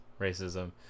racism